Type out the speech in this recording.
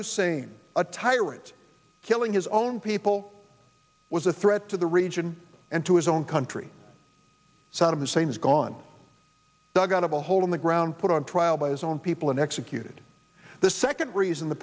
hussein a tyrant killing his own people was a threat to the region and to his own country saddam hussein is gone dug out of a hole in the ground put on trial by his own people and executed the second reason the